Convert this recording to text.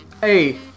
Hey